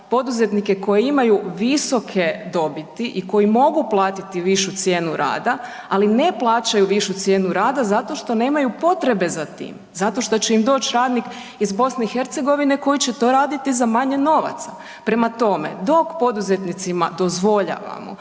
poduzetnike koji imaju visoke dobiti i koji mogu platiti višu cijenu rada, ali ne plaćaju višu cijenu rada zato što nemaju potrebe za tim, zato što će im doći radnik iz BiH koji će to raditi za manje novaca. Prema tome, dok poduzetnicima dozvoljavamo